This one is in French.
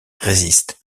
résiste